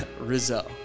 Rizzo